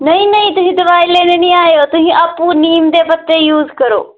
नेईं नेईं तुस दोआई लैने ई निं आवेओ तुस आपूं नीम दे पत्ते यूज़ करेओ